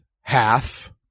half